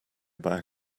bag